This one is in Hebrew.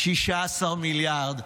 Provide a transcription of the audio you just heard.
16 מיליארד,